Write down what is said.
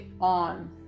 on